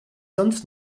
sonst